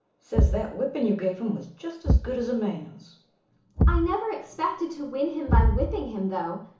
says that whipping you gave him was just as good as a man's i never expected to win him by whipping him, though,